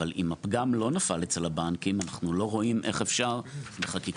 אבל אם הפגם לא נפל אצל הבנקים אנחנו לא רואים איך אפשר בחקיקה